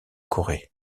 corée